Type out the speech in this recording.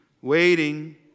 waiting